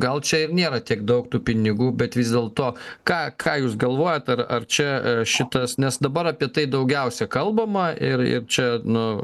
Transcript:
gal čia ir nėra tiek daug tų pinigų bet vis dėlto ką ką jūs galvojat ar ar čia šitas nes dabar apie tai daugiausia kalbama ir ir čia nu